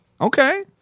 Okay